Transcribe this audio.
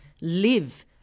live